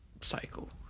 cycle